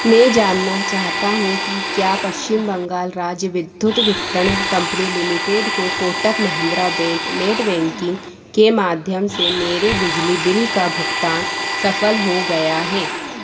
मैं जानना चाहता हूँ कि क्या पश्चिम बंगाल राज्य विद्युत वितरण कम्पनी लिमिटेड को Kotak Mahindra bank net banking के माध्यम से मेरे बिजली बिल का भुगतान सफल हो गया है